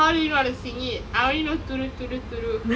how you know how to sing it I only know